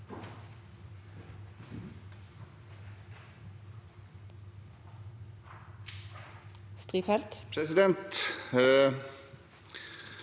Presidenten